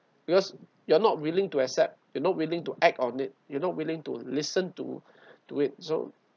because you are not willing to accept you're not willing to act on it you're not willing to listen to to it so